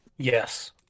Yes